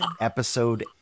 episode